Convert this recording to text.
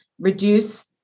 reduce